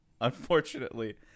Unfortunately